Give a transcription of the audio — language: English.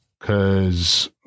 Cause